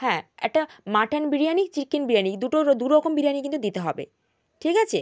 হ্যাঁ একটা mutton biryani chicken biryani এই দুটোর দু রকম বিরিয়ানি কিন্তু দিতে হবে ঠিক আছে